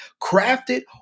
crafted